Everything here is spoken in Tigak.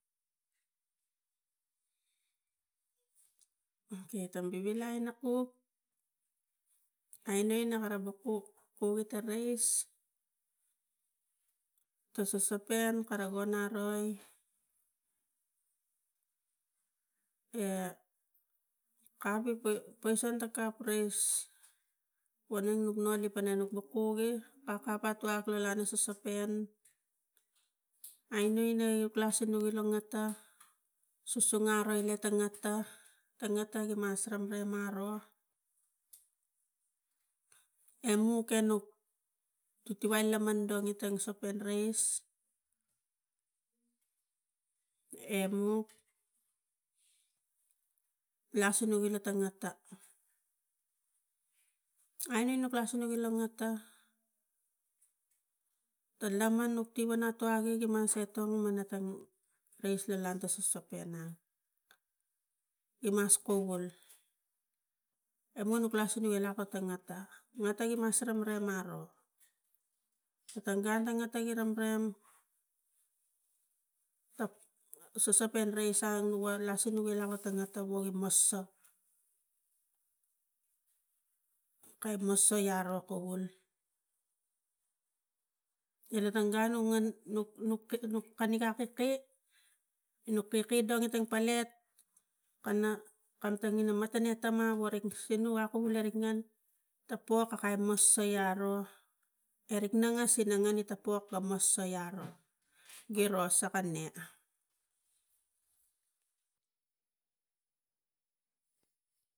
Okai tang bivilai ina kuk aino ina kara bukbuk buke ta rais ta sosopan von aroi e kapi pai, pai sang ta kap rais, voneng nuk noni pana nuk kuge kapkap etua lo lana sosopan aino na ina lasinuge la ta sosopan ro lo ngata ta ngata ngata gimas rangrang ga ro emuk enuk titivai laman ro tang sosopan rais emuk lasunage ta ngata auneng nuk lasunage lo tang ngata ta laman nuk tiva tuagi gi mas etong mana tang rais lo lata sosopan pena gimas kugul emu nuk lasige lo lakotong e ngata no tangimas ramramai aro, no tang gun go ata gi ramram ta sosopan rais anua lasinu gi lakato ngata ga wo gimas sak kai ma soka ro ita tang gun no ngan nuk kani gatke e nu kaikai ina tang pelet kana kam tang ina ta matani ta ma vorik sinuk a kul arik ngan tapok a kai mas sai aro erik ngangas ina ngani ta pok lamas sai aro giro sakania